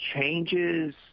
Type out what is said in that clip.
changes